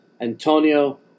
Antonio